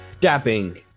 dabbing